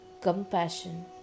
compassion